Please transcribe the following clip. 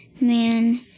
Man